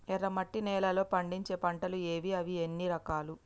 ఎర్రమట్టి నేలలో పండించే పంటలు ఏవి? అవి ఎన్ని రకాలు?